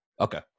Okay